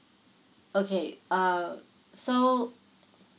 okay uh so